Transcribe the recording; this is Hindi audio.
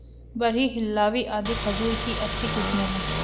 बरही, हिल्लावी आदि खजूर की अच्छी किस्मे हैं